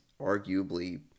arguably